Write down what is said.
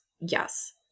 Yes